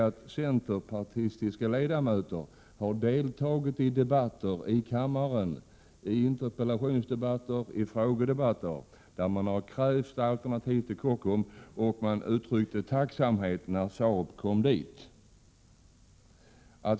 att centerpartistiska ledamöter har deltagit i interpellationsoch frågedebatter här i kammaren och krävt alternativ till Kockums och också uttryckt tacksamhet när Saab kom dit.